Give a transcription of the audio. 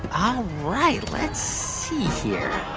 all right, let's see here